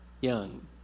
young